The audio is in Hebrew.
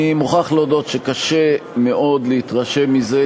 אני מוכרח להודות שקשה מאוד להתרשם מזה,